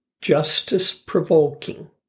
justice-provoking